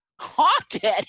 Haunted